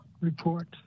report